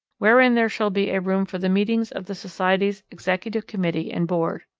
wherein there shall be a room for the meetings of the society's executive committee and board.